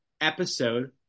episode